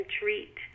treat